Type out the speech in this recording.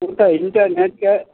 ई तऽ रिटाइर जबसे